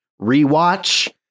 rewatch